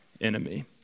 enemy